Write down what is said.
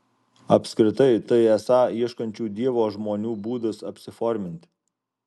apskritai tai esą ieškančių dievo žmonių būdas apsiforminti